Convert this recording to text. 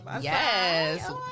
Yes